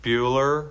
Bueller